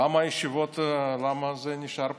למה הישיבות, למה זה נשאר פתוח?